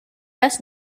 best